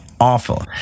awful